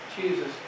Jesus